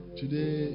today